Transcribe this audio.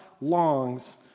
longs